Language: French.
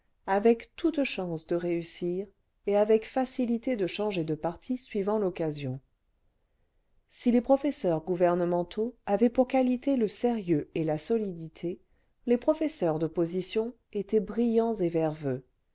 avec toutes chances de réussir et avec facilité de changer de parti suivant l'occasion si les professeurs gouvernementaux avaient pour qualité le sérieux et la solidité les professeurs d'opposition étaient brillants et